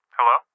Hello